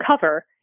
cover